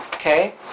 Okay